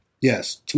Yes